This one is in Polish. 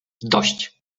dość